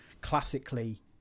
classically